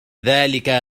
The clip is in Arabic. ذلك